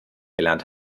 gelernt